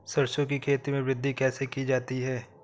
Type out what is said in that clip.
सरसो की खेती में वृद्धि कैसे की जाती है?